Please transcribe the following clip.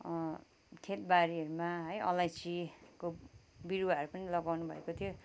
खेत बारीहरूमा है अलैँचीको बिरुवाहरू पनि लगाउनु भएको थियो